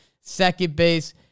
second-base